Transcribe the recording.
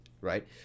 right